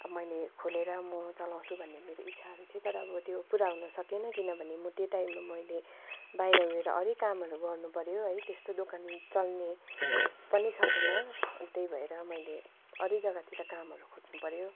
अब मैले खोलेर म चलाउँछु भन्ने मेरो इच्छाहरू थियो तर अब त्यो पुरा हुनसकेन किनभने म त्यो टाइममा मैले बाहिर गएर अरू नै कामहरू गर्नुपर्यो है त्यस्तो दोकान चल्ने पनि सकेन त्यही भएर मैले अरू नै जग्गातिर कामहरू खोज्नुपर्यो